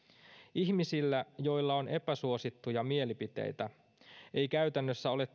ihmisillä joilla on epäsuosittuja mielipiteitä ei käytännössä ole